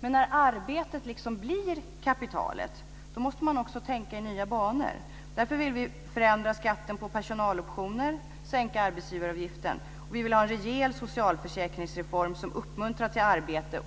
Men när arbetet blir kapitalet måste man tänka i nya banor. Därför vill vi förändra skatten på pesonaloptioner, sänka arbetsgivaravgiften och göra en rejäl socialförsäkringsreform som uppmuntrar till arbete,